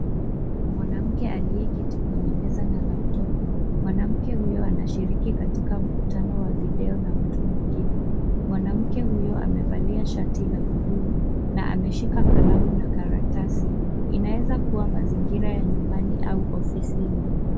Mwanamke aliyeketi kwenye meza na laptop . Mwanamke huyu anashiriki katika mkutano wa video na mtu mwingine. Mwanamke huyu amevalia shati la bluu na ameshika kalamu na karatasi. Inaweza kuwa mazingira ya nyumbani au ofisini.